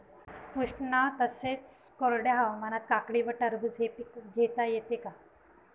उष्ण तसेच कोरड्या हवामानात काकडी व टरबूज हे पीक घेता येते का?